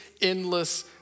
endless